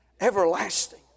everlasting